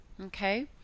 okay